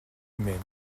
humaines